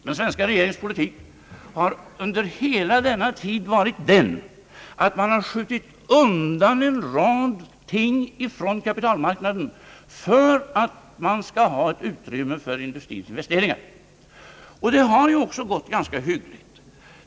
Den svenska regeringens politik har under hela denna tid varit att skjuta undan en rad ting från kapitalmarknaden för att få utrymme för industrins investeringar. Det har ju också gått ganska hyggligt.